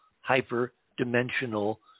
hyper-dimensional